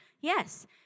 Yes